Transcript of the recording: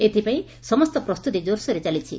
ଏଥ୍ପାଇଁ ସମସ୍ତ ପ୍ରସ୍ତୁତି ଜୋରସୋରରେ ଚାଲିଛି